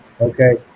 Okay